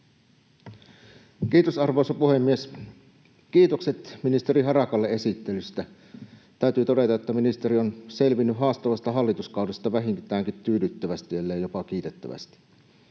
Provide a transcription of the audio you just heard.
Kiitos, arvoisa puhemies! Kiitokset ministeri Harakalle esittelystä. Täytyy todeta, että ministeri on selvinnyt haastavasta hallituskaudesta vähintäänkin tyydyttävästi, ellei jopa kiitettävästi.